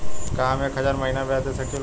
का हम एक हज़ार महीना ब्याज दे सकील?